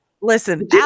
Listen